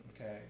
Okay